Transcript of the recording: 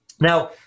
Now